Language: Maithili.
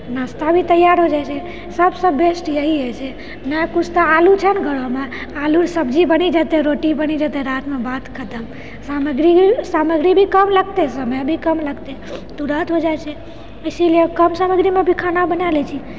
नाश्ता भी तैयार हो जाइ छै सभसँ बेस्ट यही होइ छै नहि किछु तऽ आलू छै ने घरमे आलूसँ सब्जी बनि जेतै रोटी बनि जेतै रातिमे बात खतम सामग्री सामग्री भी कम लगतै समय भी कम लगतै तुरत हो जाइ छै इसीलिए कम सामग्रीमे भी खाना बना लए छी